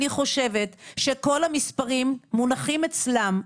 אני חושבת שכל המספרים מונחים אצלם.